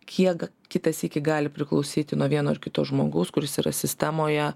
kiek kitą sykį gali priklausyti nuo vieno ar kito žmogaus kuris yra sistemoje